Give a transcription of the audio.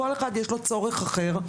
לכל אחד יש צורך אחר.